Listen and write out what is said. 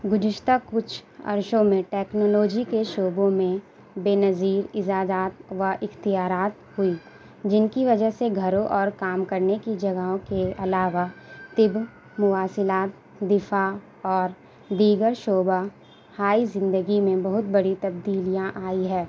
گذشتہ کچھ عرشوں میں ٹیکنالوجی کے شعبوں میں بےنظیر ایجادات و اختیارات ہوئیں جن کی وجہ سے گھروں اور کام کرنے کی جگہوں کے علاوہ طب مواصلات دفاع اور دیگر شعبہ ہائے زندگی میں بہت بڑی تبدیلیاں آئی ہے